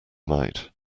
might